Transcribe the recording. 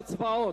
בעד אלי אפללו,